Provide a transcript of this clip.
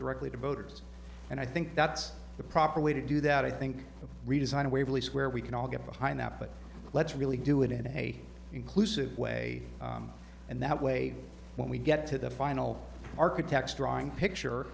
directly to voters and i think that's the proper way to do that i think redesign of waverley square we can all get behind that but let's really do it in a inclusive way and that way when we get to the final architects drawing a picture